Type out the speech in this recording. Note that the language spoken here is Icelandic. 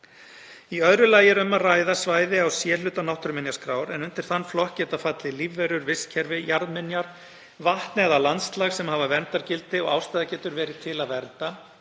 Í öðru lagi er um að ræða svæði á C-hluta náttúruminjaskrár, en undir þann flokk geta fallið lífverur, vistkerfi, jarðminjar, vatn eða landslag sem hafa verndargildi og ástæða getur verið til að vernda